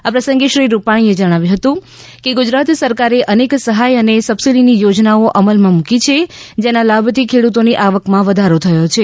આ પ્રસંગે શ્રી રૂપાણીએ જણાવ્યું હતું કે ગુજરાત સરકારે અનેક સહાય અને સબસીડીની યોજનાઓ અમલમાં મૂકી છે જેના લાભથી ખેડૂતોની આવકમાં વધારો થયો છે